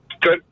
Good